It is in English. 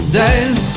days